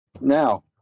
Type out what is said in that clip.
Now